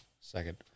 Second